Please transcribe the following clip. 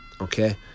okay